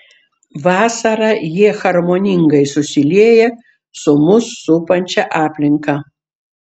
vasarą jie harmoningai susilieja su mus supančia aplinka